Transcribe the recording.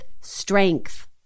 strength